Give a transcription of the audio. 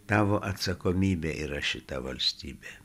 tavo atsakomybė yra šita valstybė